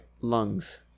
lungs